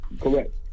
Correct